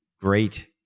great